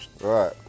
Right